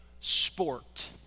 sport